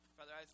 Father